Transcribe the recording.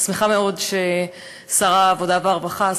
אני שמחה מאוד ששר העבודה והרווחה,